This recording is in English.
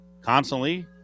constantly